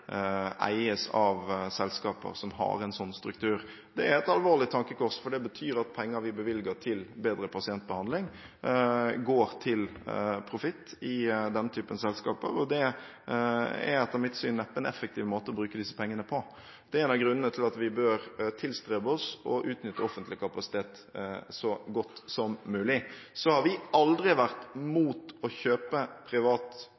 eies av selskaper som har en sånn struktur. Det er et alvorlig tankekors, for det betyr at penger vi bevilger til bedre pasientbehandling, går til profitt i denne typen selskaper, og det er etter mitt syn neppe en effektiv måte å bruke disse pengene på. Det er en av grunnene til at vi bør tilstrebe oss å utnytte offentlig kapasitet så godt som mulig. Så har vi aldri vært imot å kjøpe privat